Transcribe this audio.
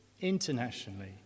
Internationally